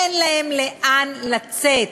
אין להם לאן לצאת,